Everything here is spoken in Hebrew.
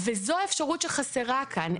זו האפשרות שחסרה כאן,